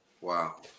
Wow